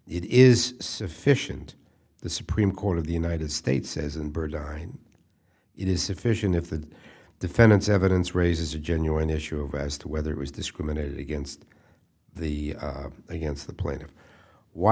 is sufficient the supreme court of the united states says and bird it is sufficient if the defendant's evidence raises a genuine issue of as to whether it was discriminated against the against the plaintiff why